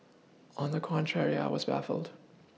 on the contrary I was baffled